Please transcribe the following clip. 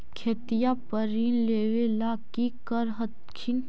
खेतिया पर ऋण लेबे ला की कर हखिन?